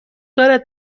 دارد